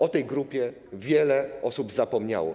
O tej grupie wiele osób zapomniało.